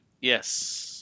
Yes